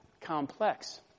complex